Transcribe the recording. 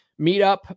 meetup